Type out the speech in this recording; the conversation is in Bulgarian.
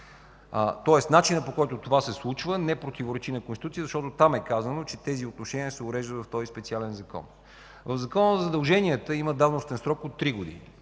Тоест начинът, по който това се случва, не противоречи на Конституцията, защото там е казано, че тези отношения се уреждат в този специален закон. В Закона за задълженията има давностен срок от 3 години.